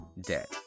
debt